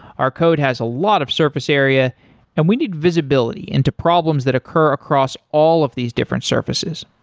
our code has a lot of surface area and we need visibility into problems that occur across all of these different surfaces.